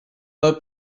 her